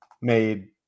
Made